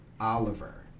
Oliver